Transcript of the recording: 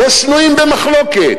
לא שנויים במחלוקת,